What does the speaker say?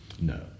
no